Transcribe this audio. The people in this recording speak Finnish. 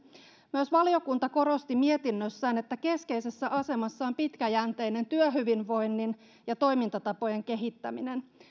myös valiokunta korosti mietinnössään että keskeisessä asemassa on pitkäjänteinen työhyvinvoinnin ja toimintatapojen kehittäminen